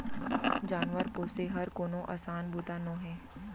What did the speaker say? जानवर पोसे हर कोनो असान बूता नोहे